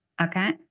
okay